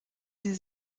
sie